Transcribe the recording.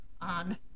on